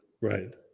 Right